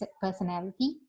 personality